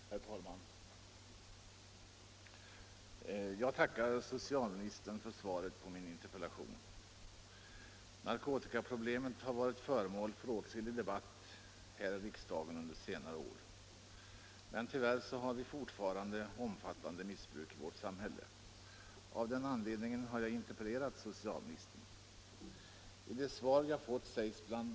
Herr talman! Jag tackar socialministern för svaret på min interpellation. Narkotikaproblemet har varit föremål för åtskillig debatt här i riksdagen under senare år. Men tyvärr har vi fortfarande omfattande missbruk i vårt samhälle. Av den anledningen har jag interpellerat socialministern. I det svar jag fått sägs bl.